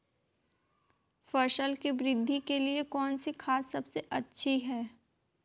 फसल की वृद्धि के लिए कौनसी खाद सबसे अच्छी है?